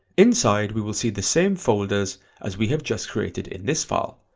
inside we will see the same folders as we have just created in this file,